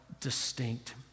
distinct